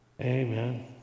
Amen